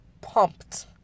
pumped